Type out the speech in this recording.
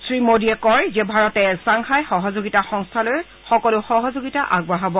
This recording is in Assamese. শ্ৰী মোদীয়ে কয় যে ভাৰতে ছাংহাই সহযোগিতা সংস্থালৈ সকলো সহযোগিতা আগবঢ়াব